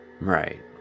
Right